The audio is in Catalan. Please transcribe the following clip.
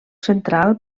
central